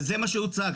זה מה שהוצג.